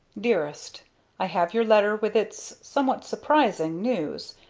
dearest i have your letter with its somewhat surprising news.